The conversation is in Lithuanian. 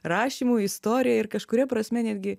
rašymu istorija ir kažkuria prasme netgi